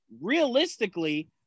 realistically